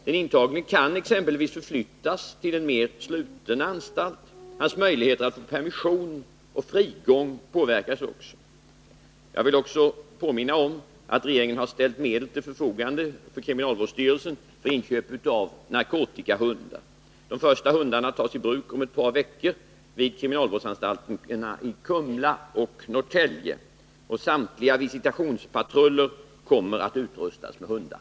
Den intagne kan exempelvis förflyttas till en mera sluten anstalt. Hans möjligheter att få permission och frigång påverkas också. Vidare vill jag påminna om att regeringen har ställt medel till kriminalvårdsstyrelsens förfogande för inköp av narkotikahundar. De första hundarna tas i bruk om ett par veckor vid kriminalvårdsanstalterna i Kumla och Norrtälje. Samtliga visitationspatruller kommer att utrustas med hundar.